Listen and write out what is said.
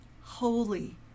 holy